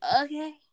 okay